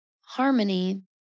harmony